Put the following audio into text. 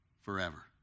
forever